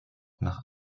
nach